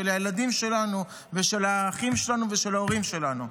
של הילדים שלנו ושל האחים שלנו ושל ההורים שלנו.